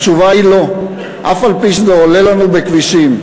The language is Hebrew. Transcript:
התשובה היא לא, אף-על-פי שזה עולה לנו בכבישים.